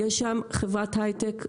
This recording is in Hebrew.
יש שם חברת היי-טק מדהימה,